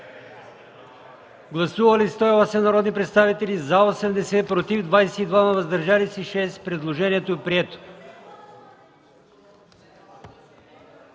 Гласували 130 народни представители: за 116, против 4, въздържали се 10. Предложението е прието.